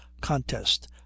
contest